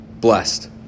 blessed